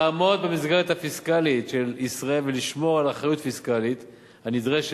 כדי לעמוד במסגרת הפיסקלית של ישראל ולשמור על אחריות פיסקלית הנדרשת,